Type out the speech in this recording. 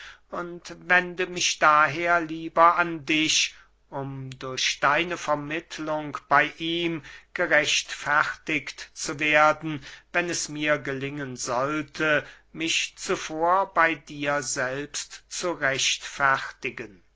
und wende mich daher lieber an dich um durch deine vermittlung bey ihm gerechtfertigt zu werden wenn es mir gelingen sollte mich zuvor bey dir selbst zu rechtfertigen